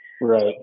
Right